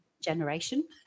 generation